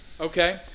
Okay